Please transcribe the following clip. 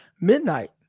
midnight